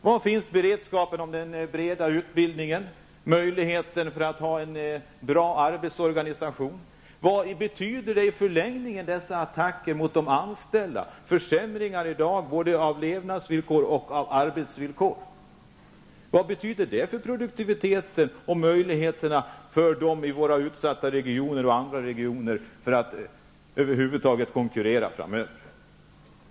Var finns beredskapen beträffande den breda utbildningen, möjligheten att ha en bra arbetsorganisation? Vad betyder i slutändan dessa attacker mot de anställda? I dag försämras både levnadsvillkor och arbetsvillkor. Vad betyder allt detta för produktiviteten och möjligheterna för de utsatta regionerna och andra regioner att över huvud taget kunna konkurrera framöver?